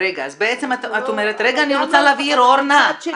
רגע, אני רוצה להבהיר, ארנה.